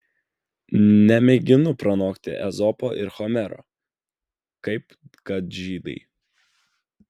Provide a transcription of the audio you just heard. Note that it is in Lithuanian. nemėginu pranokti ezopo ir homero kaip kad žydai